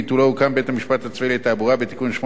לתעבורה בתיקון 8 לחוק השיפוט הצבאי,